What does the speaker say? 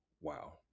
Wow